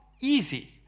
easy